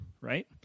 right